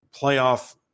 playoff